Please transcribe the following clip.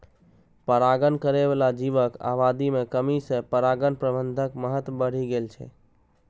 परागण करै बला जीवक आबादी मे कमी सं परागण प्रबंधनक महत्व बढ़ि गेल छै